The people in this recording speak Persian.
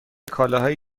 کالاهایی